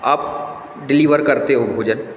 आप डिलीवर करते हो भोजन